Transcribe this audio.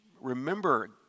remember